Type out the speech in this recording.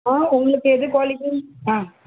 ஆ உங்களுக்கு எது க்வாலிட்டின்னு ஆ